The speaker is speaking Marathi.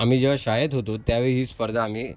आम्ही जेव्हा शाळेत होतो त्यावेळी ही स्पर्धा आम्ही